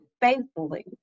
faithfully